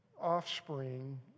offspring